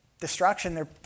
destruction